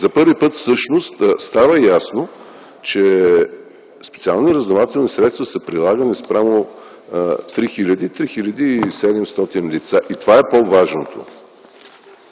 За първи път всъщност става ясно, че специални разузнавателни средства са прилагани спрямо 3000-3700 лица. И това е по-важното.